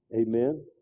Amen